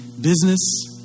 business